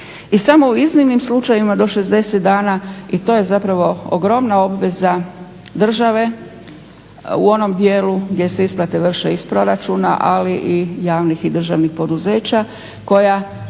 i samo u iznimnim slučajevima do 60 dana. I to je zapravo ogromna obveza države u onom dijelu gdje se isplate vrše iz proračuna, ali i javnih i državnih poduzeća koja